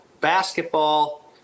basketball